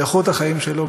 באיכות החיים שלו,